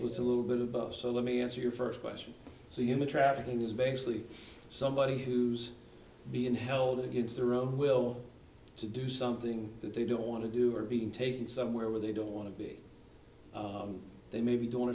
it was a little bit of both so let me answer your first question so human trafficking is basically somebody who's being held against their own will to do something that they don't want to do or being taken somewhere where they don't want to be they maybe do